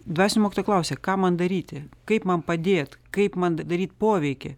dvasinio mokytojo klausė ką man daryti kaip man padėt kaip man daryt poveikį